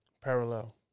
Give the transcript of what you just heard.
Parallel